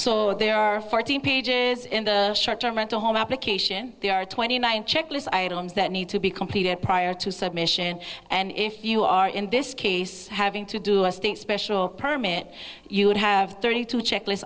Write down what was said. so there are fourteen pages in the short term rental home application there are twenty nine checklists items that need to be completed prior to submission and if you are in this case having to do us the special permit you would have thirty two checklist